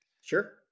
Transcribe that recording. Sure